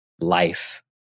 Life